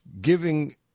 giving